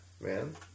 man